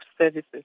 services